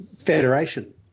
Federation